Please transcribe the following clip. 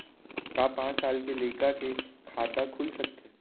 का पाँच साल के लइका के खाता खुल सकथे?